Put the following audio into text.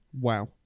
Wow